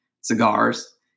cigars